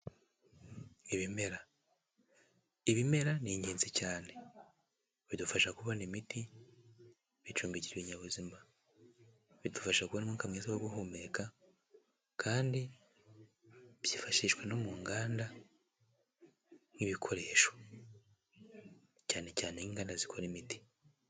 Ibimera, ibimera ni ingenzi cyane, bidufasha kubona imiti, bicumbikira ibinyabuzima, bidufasha kubona umwuka mwiza wo guhumeka kandi byifashishwa no mu nganda nk'ibikoresho, cyane cyane nk'inganda zikora imiti.